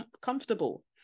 comfortable